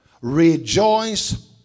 Rejoice